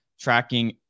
tracking